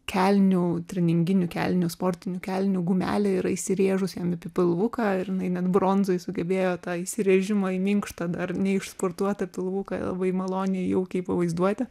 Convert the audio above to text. kelnių treninginių kelnių sportinių kelnių gumelė yra įsirėžus jam į pilvuką ir jinai net bronzai sugebėjo tą įsiveržimą į minkštą dar ne iš sportuot tą pilvuką labai maloniai jaukiai pavaizduoti